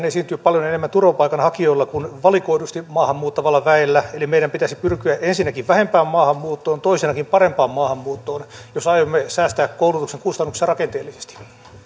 esiintyy paljon enemmän turvapaikanhakijoilla kuin valikoidusti maahan muuttavalla väellä eli meidän pitäisi pyrkiä ensinnäkin vähempään maahanmuuttoon toisena parempaan maahanmuuttoon jos aiomme säästää koulutuksen kustannuksissa rakenteellisesti